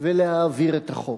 ולהעביר את החוק.